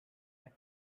next